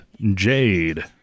Jade